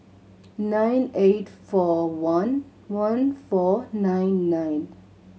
nine eight four one one four nine nine